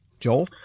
Joel